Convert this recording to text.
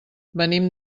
venim